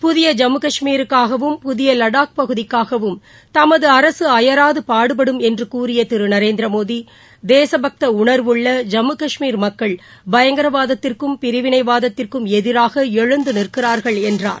புதிய ஜம்மு கஷ்மீருக்காகவும் புதிய லடாக் பகுதிக்காகவும் தமது அரசு அயராது பாடுபடும் என்று கூறிய திரு நரேந்திரமோடி தேசபக்த உணாவுள்ள ஜம்மு கஷ்மீர் மக்கள் பயங்கரவாதத்திற்கும் பிரிவினைவாதத்திற்கும் எதிராக எழுந்து நிற்கிறார்கள் என்றார்